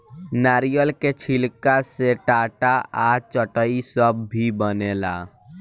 नारियल के छिलका से टाट आ चटाई सब भी बनेला